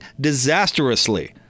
disastrously